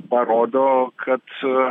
parodo kad